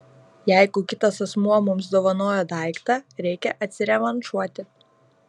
jeigu kitas asmuo mums dovanojo daiktą reikia atsirevanšuoti